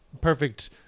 perfect